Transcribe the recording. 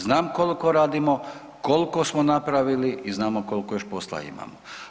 Znam koliko radimo, koliko smo napravili i znamo koliko još posla imamo.